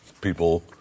people